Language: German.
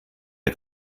der